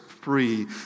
free